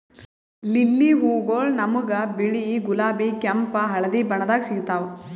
lily ಹೂವಗೊಳ್ ನಮ್ಗ್ ಬಿಳಿ, ಗುಲಾಬಿ, ಕೆಂಪ್, ಹಳದಿ ಬಣ್ಣದಾಗ್ ಸಿಗ್ತಾವ್